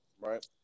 right